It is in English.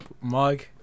mug